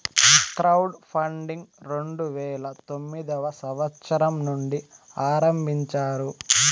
crowd funding రెండు వేల తొమ్మిదవ సంవచ్చరం నుండి ఆరంభించారు